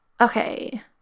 okay